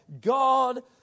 God